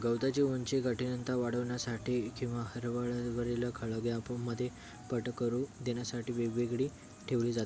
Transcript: गवताची उंची कठीनता वाढवण्यासाठी किंवा हिरवळीवरील खळग्यामध्ये पट करू देण्यासाठी वेगवेगळी ठेवली जाते